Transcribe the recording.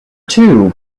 two